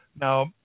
Now